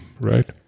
Right